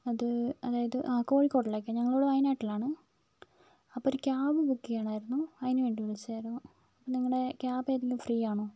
അത് അതായതു ആ കോഴിക്കോടിലേക്കാണ് ഞങ്ങളിവിടെ വായനാട്ടിലാണ് അപ്പോൾ ഒരു ക്യാബ് ബുക്ക് ചെയ്യണമായിരുന്നു അതിനു വേണ്ടി വിളിച്ചതായിരുന്നു നിങ്ങളുടെ ക്യാബ് ഏതെങ്കിലും ഫ്രീയാണോ